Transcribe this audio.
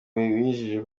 wizihijwe